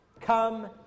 come